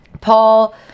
Paul